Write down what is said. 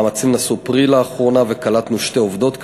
המאמצים נשאו פרי לאחרונה וקלטנו שתי עובדות כאלה,